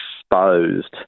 exposed